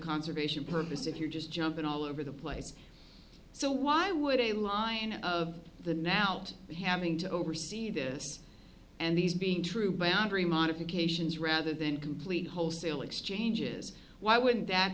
conservation purpose if you're just jumping all over the place so why would a lion of the now having to oversee this and these being true by angry modifications rather than complete wholesale exchanges why would that